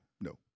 no